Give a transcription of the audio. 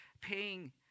paying